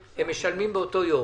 הם משלמים באותו יום.